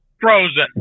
frozen